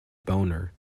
boner